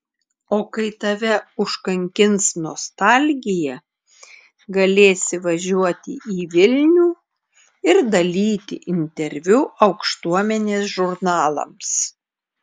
o kai tave užkankins nostalgija galėsi važiuoti į vilnių ir dalyti interviu aukštuomenės žurnalams